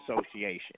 association